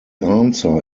answer